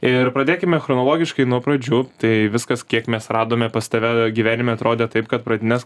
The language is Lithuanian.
ir pradėkime chronologiškai nuo pradžių tai viskas kiek mes radome pas tave gyvenime atrodė taip kad pradines